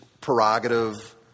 prerogative